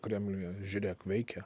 kremliuje žiūrėk veikia